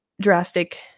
drastic